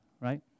right